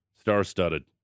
Star-studded